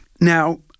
Now